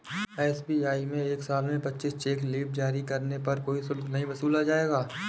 SBI में एक साल में पच्चीस चेक लीव जारी करने पर कोई शुल्क नहीं वसूला जाएगा